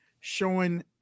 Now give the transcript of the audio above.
showing